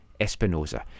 Espinoza